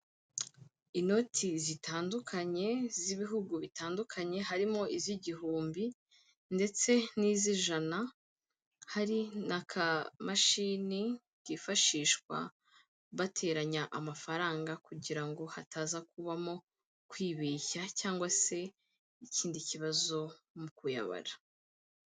Inoti zitandukanye z'ibihugu bitandukanye, harimo iz'igihumbi ndetse n'iz'ijana, hari na kamashini kifashishwa bateranya amafaranga kugira ngo hataza kubamo kwibeshya cyangwa se ikindi kibazo mu kuyabara.